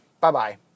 Bye-bye